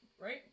right